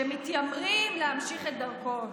שמתיימרים להמשיך את דרכו,